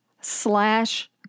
slash